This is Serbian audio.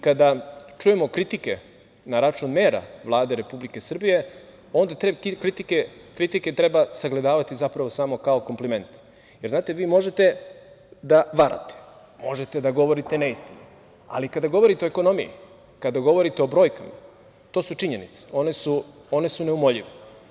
Kada čujemo kritike na račun mera Vlade Republike Srbije, onda te kritike treba sagledavati samo kao kompliment, jer vi možete da varate, možete da govorite neistinu, ali kada govorite o ekonomiji, kada govorite o brojkama, to su činjenice, one su neumoljive.